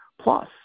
plus